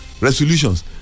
resolutions